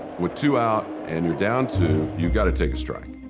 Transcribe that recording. with two out and you're down two, you got to take a strike,